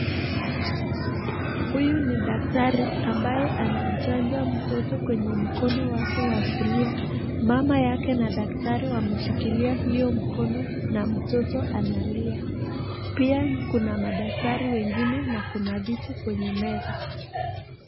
Huyu ni daktari ambaye anamchanja mtoto kwenye mkono wake wa kulia. Mama yake na daktari wameshikilia hiyo mkono na mtoto analia. Pia kuna madaktari wengine na kuna vitu kwenye meza.